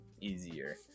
easier